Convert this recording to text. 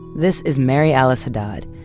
this is mary alice haddad,